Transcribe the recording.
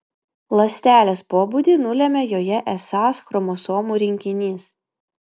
ląstelės pobūdį nulemia joje esąs chromosomų rinkinys